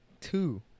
Two